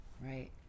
right